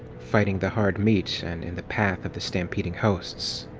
fighting the hard meat and in the path of the stampeding hosts.